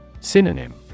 Synonym